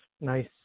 nice